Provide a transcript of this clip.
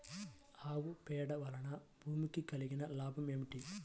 ఆవు పేడ వలన భూమికి కలిగిన లాభం ఏమిటి?